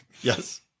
Yes